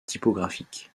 typographique